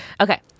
okay